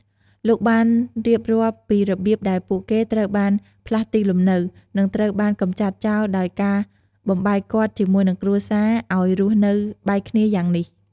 លោកបានរៀបរាប់ពីរបៀបដែលពួកគេត្រូវបានផ្លាស់ទីលំនៅ និងត្រូវបានកម្ចាត់ចោលដោយការបំបែកគាត់ជាមួយនិងគ្រួសារឲ្យរស់នៅបែកគ្នាយ៉ាងនេះ។